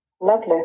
lovely